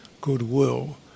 goodwill